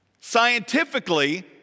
Scientifically